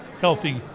healthy